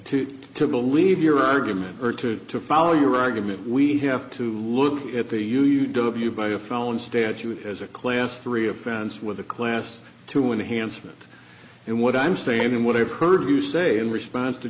two to believe your argument or to follow your argument we have to look at the u u w by a phone statute as a class three offense with a class to enhance it and what i'm saying and what i've heard you say in response to